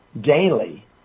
daily